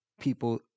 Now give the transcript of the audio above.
people